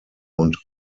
und